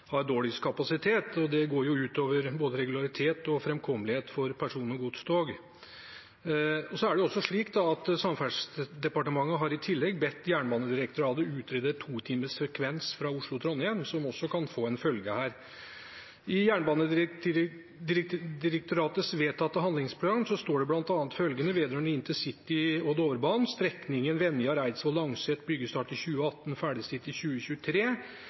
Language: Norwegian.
har dårligst kapasitet. Det går ut over både regularitet og framkommelighet for persontog og godstog. Samferdselsdepartementet har i tillegg bedt Jernbanedirektoratet utrede to timers frekvens på strekningen Oslo–Trondheim, som også kan få en følge her. I Jernbanedirektoratets vedtatte handlingsprogram står det bl.a. følgende vedrørende intercity og Dovrebanen: Strekningen Venjar–Eidsvoll–Langset har byggestart i 2018 og er planlagt ferdigstilt i 2023.